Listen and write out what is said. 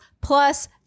plus